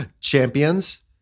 Champions